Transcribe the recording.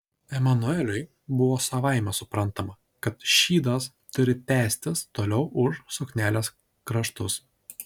emanueliui buvo savaime suprantama kad šydas turi tęstis toliau už suknelės kraštus